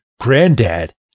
Granddad